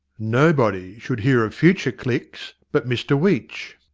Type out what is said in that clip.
nobody should hear of future clicks but mr weech.